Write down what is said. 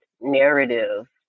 narrative